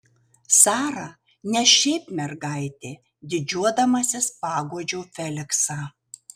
sara ne šiaip mergaitė didžiuodamasis paguodžiau feliksą